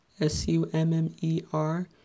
S-U-M-M-E-R